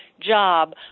job